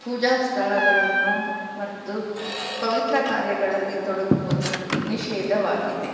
ಪೂಜಾ ಸ್ಥಳಗಳನ್ನು ಮತ್ತು ಪವಿತ್ರ ಕಾರ್ಯಗಳಲ್ಲಿ ತೊಡಗುವುದು ನಿಷಿದ್ಧವಾಗಿದೆ